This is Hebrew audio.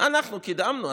אנחנו קידמנו.